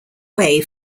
way